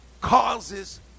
causes